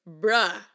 bruh